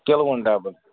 کِلوُن ڈَبہٕ